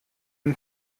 and